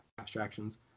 abstractions